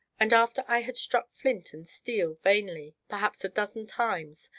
and after i had struck flint and steel vainly, perhaps a dozen times,